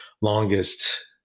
longest